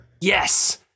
yes